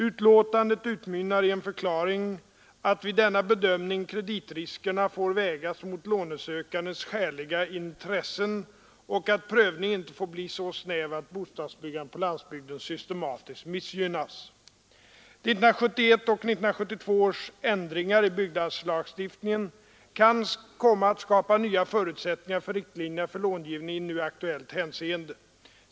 Utlåtandet utmynnar i en förklaring att vid denna bedömning kreditriskerna får vägas mot lånesökandes skäliga intressen och att prövningen inte får bli så snäv, att bostadsbyggandet på landsbygden systematiskt missgynnas. 1971 och 1972 års ändringar i byggnadslagstiftningen kan komma att skapa nya förutsättningar för riktlinjerna för långivningen i nu aktuellt hänseende.